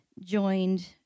joined